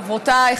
חברותיי,